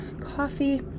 coffee